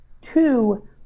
Two